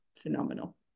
phenomenal